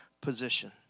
position